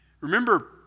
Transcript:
Remember